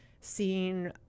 seeing